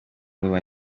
ndumva